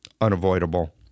Unavoidable